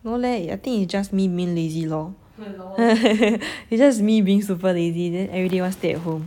no leh I think it's just me being lazy lor it's just me being super lazy then everyday want stay at home